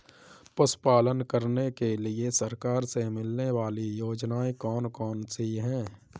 पशु पालन करने के लिए सरकार से मिलने वाली योजनाएँ कौन कौन सी हैं?